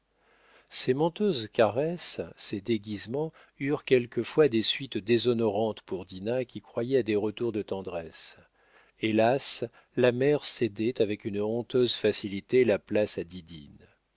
ces menteuses caresses ces déguisements eurent quelquefois des suites déshonorantes pour dinah qui croyait à des retours de tendresse hélas la mère cédait avec une honteuse facilité la place à didine